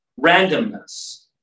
randomness